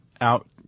out